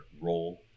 role